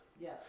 Yes